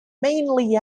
mainly